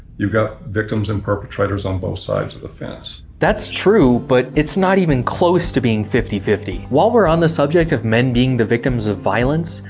you've got victims and perpetrators on both sides of the fence. that's true, but it's not even close to being fifty fifty. while we're on the subject of men being the victims of violence,